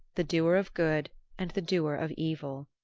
the doer of good and the doer of evil.